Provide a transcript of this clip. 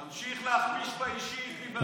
תמשיך להכפיש באישי את אריה דרעי, תמשיך.